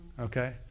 Okay